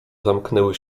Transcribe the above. zamknęły